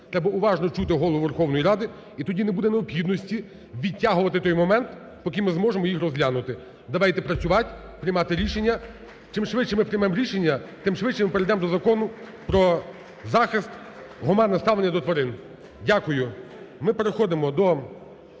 Треба уважно чути Голову Верховної Ради і тоді не буде необхідності відтягувати той момент, поки ми зможемо їх розглянути. Давайте працювати, приймати рішення, чим швидше ми приймемо рішення, тим швидше ми перейдемо до Закону про захист, гуманне ставлення до тварин. Дякую. Ми переходимо до